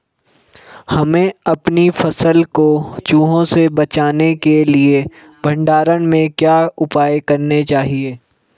हमें अपनी फसल को चूहों से बचाने के लिए भंडारण में क्या उपाय करने चाहिए?